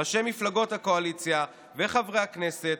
ראשי מפלגות הקואליציה וחברי הכנסת